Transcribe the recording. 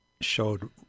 showed